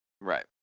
right